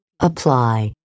Apply